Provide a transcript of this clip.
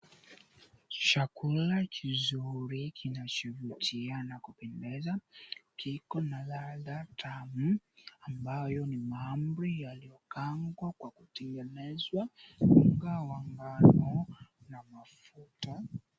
Chakula kizuri kinachovutia na kupendeza kiko na ladha tamu ambayo ni mahamri yaliyokaangwa kwa kutengenezwa, unga wa ngano na mafuta.